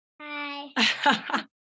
Hi